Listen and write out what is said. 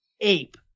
ape